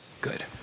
good